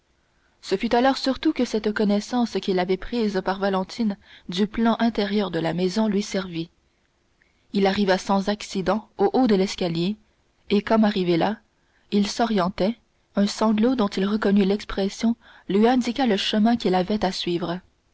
ce fut alors surtout que cette connaissance qu'il avait prise par valentine du plan intérieur de la maison lui servit il arriva sans accident au haut de l'escalier et comme arrivé là il s'orientait un sanglot dont il reconnut l'expression lui indiqua le chemin qu'il avait à suivre